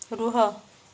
ରୁହ